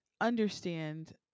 understand